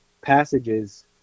passages